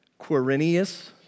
Quirinius